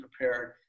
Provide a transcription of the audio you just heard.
prepared